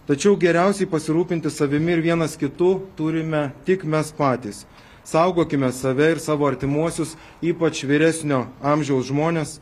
tačiau geriausiai pasirūpinti savimi ir vienas kitu turime tik mes patys saugokime save ir savo artimuosius ypač vyresnio amžiaus žmones